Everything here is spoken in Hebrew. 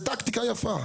זו טקטיקה יפה.